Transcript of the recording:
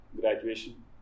graduation